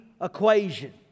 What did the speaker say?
equation